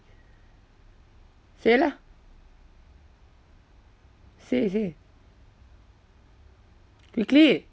say lah say say quickly